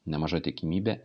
nemaža tikimybė